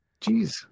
Jeez